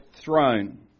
throne